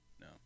No